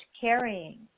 carrying